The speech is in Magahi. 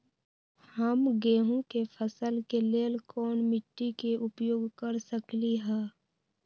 हम गेंहू के फसल के लेल कोन मिट्टी के उपयोग कर सकली ह?